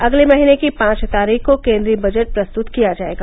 अगले महीने की पांच तारीख को केन्द्रीय बजट प्रस्तुत किया जायेगा